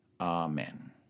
Amen